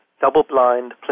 double-blind